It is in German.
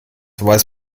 weiß